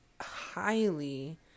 highly